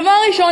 דבר ראשון,